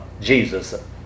Jesus